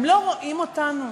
הם לא רואים אותנו?